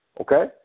Okay